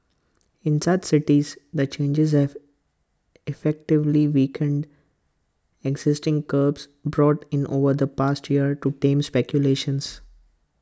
in such cities the changes have effectively weakened existing curbs brought in over the past year to tame speculations